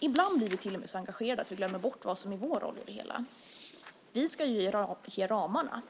Ibland blir vi till och med så engagerade att vi glömmer bort vad som är vår roll i det hela. Vi ska ge ramarna.